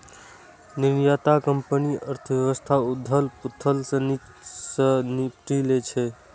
निर्यातक कंपनी अर्थव्यवस्थाक उथल पुथल सं नीक सं निपटि लै छै